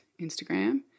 Instagram